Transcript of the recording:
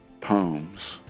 poems